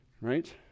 Right